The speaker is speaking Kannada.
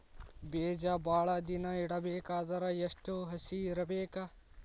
ಬೇಜ ಭಾಳ ದಿನ ಇಡಬೇಕಾದರ ಎಷ್ಟು ಹಸಿ ಇರಬೇಕು?